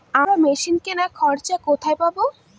আমরা মেশিন কেনার খরচা কোথায় পাবো?